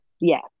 yes